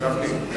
גפני,